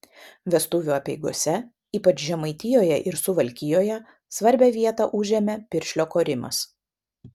vestuvių apeigose ypač žemaitijoje ir suvalkijoje svarbią vietą užėmė piršlio korimas